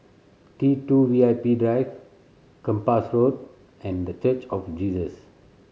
T Two V I P Drive Kempas Road and The Church of Jesus